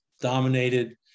dominated